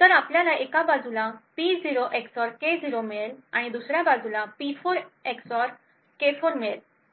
तर आपल्याला एका बाजूला P0 एक्सऑर K0 मिळेल तर दुसर्या बाजूला P4 एक्सऑर K4 मिळेल